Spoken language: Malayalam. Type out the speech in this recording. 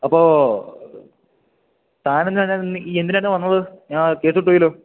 അപ്പോള് താൻ എന്തിനാണ് ഇന്ന് എന്തിനായിരുന്നു വന്നത് ഞാന് കേസ് വിട്ടുപോയല്ലോ